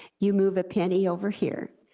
you move a penny over here,